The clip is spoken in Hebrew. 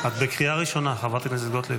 את בקריאה ראשונה, חברת הכנסת גוטליב.